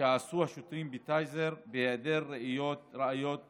שעשו השוטרים בטייזר, בהיעדר ראיות מספקות.